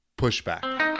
pushback